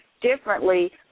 differently